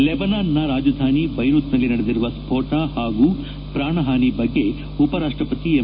ಲೆಬನಾನ್ನ ರಾಜಧಾನಿ ಬೈರುತ್ನಲ್ಲಿ ನಡೆದಿರುವ ಸ್ಫೋಟ ಪಾಗೂ ಪಾಣಪಾನಿ ಬಗ್ಗೆ ಉಪರಾಷ್ಟಪತಿ ಎಂ